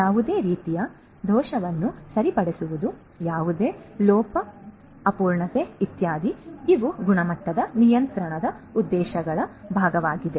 ಯಾವುದೇ ರೀತಿಯ ದೋಷವನ್ನು ಸರಿಪಡಿಸುವುದು ಯಾವುದೇ ಲೋಪ ಅಪೂರ್ಣತೆ ಇತ್ಯಾದಿ ಇವು ಗುಣಮಟ್ಟದ ನಿಯಂತ್ರಣದ ಉದ್ದೇಶಗಳ ಭಾಗವಾಗಿದೆ